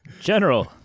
General